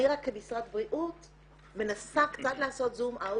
אני רק כמשרד בריאות מנסה קצת לעשות זום אאוט